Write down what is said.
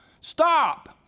Stop